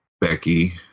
Becky